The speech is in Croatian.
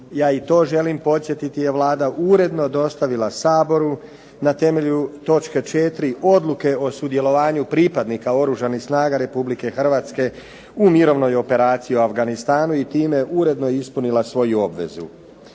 ja i to želim podsjetiti, je Vlada uredno dostavila Saboru na temelju točke 4. Odluke o sudjelovanju pripadnika Oružanih snaga Republike Hrvatske u mirovnoj operaciji u Afganistanu i time uredno ispunila svoju obvezu.